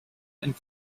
and